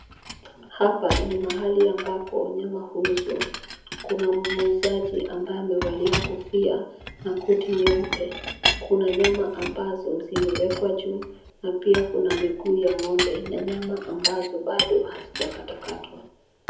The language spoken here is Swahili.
Hapa ni mahali ambapo nyama huuzwa. Kuna muuzaji ambaye amevalia kofia na koti nyeupe. Kuna nyama ambazo zimewekwa juu na pia kuna miguu ya ng'ombe na nyama ambazo bado hazijakatwa katwa.